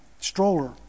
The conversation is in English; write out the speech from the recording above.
stroller